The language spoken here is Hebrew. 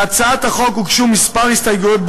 להצעת החוק הוגשו כמה הסתייגויות,